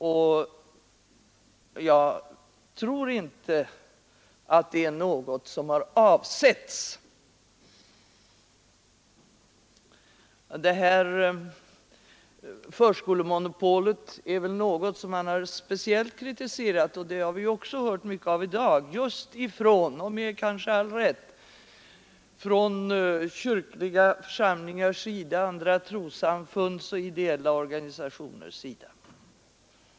Förskolemonopolet är väl något som man, kanske med all rätt, speciellt kritiserat — det har vi hört mycket av i dag — just från kyrkliga församlingars, andra trossamfunds och ideella organisationers sida.